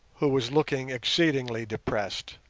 who was looking exceedingly depressed.